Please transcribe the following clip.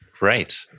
right